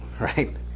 right